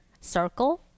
circle